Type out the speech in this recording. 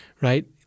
right